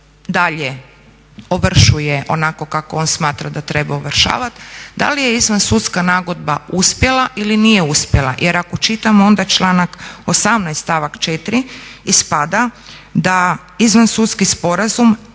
Dalje ovršuje onako kako on smatra da treba ovršavati. Da li je izvan sudska nagodba uspjela ili nije uspjela? Jer ako čitamo onda članak 18. stavak 4. ispada da izvan sudski sporazum